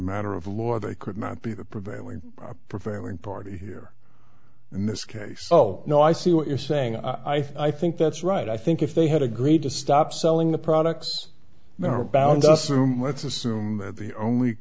matter of law they could not be the prevailing professional in party here in this case oh no i see what you're saying i think that's right i think if they had agreed to stop selling the products they are bound to assume let's assume that the only